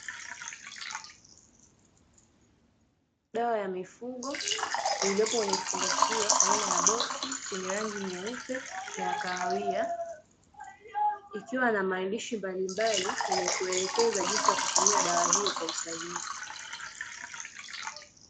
Dawa ya mifugo iliyopo kwenye kifungashio aina ya boksi chenye rangi nyeupe na kahawia, ikiwa na maandishi mbalimbali yenye kuelekeza jinsi ya kutumia dawa hiyo kwa usahihi.